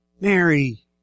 Mary